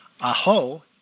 Aho